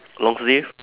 long sleeve